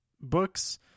books